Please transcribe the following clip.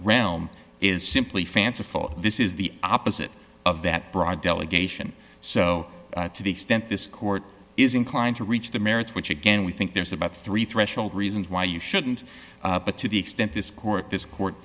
realm is simply fanciful this is the opposite of that broad delegation so to the extent this court is inclined to reach the merits which again we think there's about three threshold reasons why you shouldn't but to the extent this court